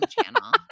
channel